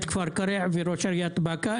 כפר קרע וראש עיריית באקה.